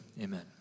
amen